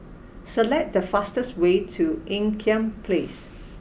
select the fastest way to Ean Kiam Place